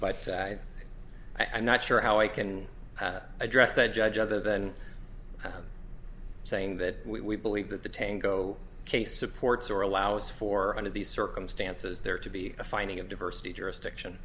t i'm not sure how i can address that judge other than saying that we believe that the tango case supports or allows for under these circumstances there to be a finding of diversity jurisdiction